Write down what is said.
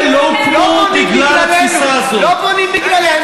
לא בונים בגללנו.